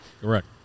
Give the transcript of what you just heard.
Correct